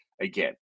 again